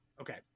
Okay